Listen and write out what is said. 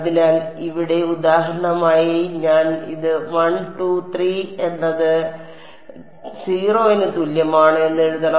അതിനാൽ ഇവിടെ ഉദാഹരണമായി ഞാൻ ഇത് 1 3 എന്നത് 0 ന് തുല്യമാണ് എന്ന് എഴുതണം